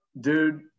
dude